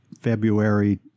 February